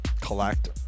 collect